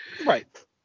Right